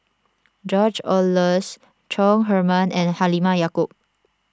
George Oehlers Chong Heman and Halimah Yacob